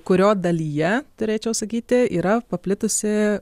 kurio dalyje turėčiau sakyti yra paplitusi